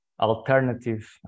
alternative